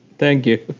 thank you